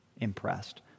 impressed